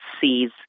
sees